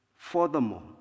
Furthermore